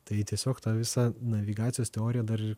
tai tiesiog tą visą navigacijos teoriją dar ir